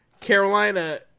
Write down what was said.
Carolina